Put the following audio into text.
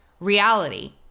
Reality